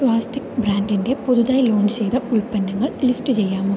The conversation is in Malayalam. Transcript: സ്വാസ്തിക് ബ്രാൻഡിന്റെ പുതുതായി ലോഞ്ച് ചെയ്ത ഉൽപ്പന്നങ്ങൾ ലിസ്റ്റ് ചെയ്യാമോ